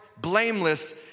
blameless